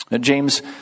James